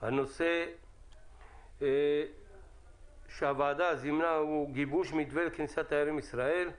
הנושא שעל סדר היום הוא גיבוש מתווה לכניסת תיירים לישראל.